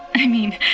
i mean,